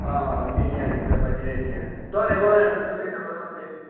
हां नेईं हैन इसलै बचे दे निं हैन थुआढ़े कोल हैन ते तुस देई ओड़ो थोह्ड़े जेह्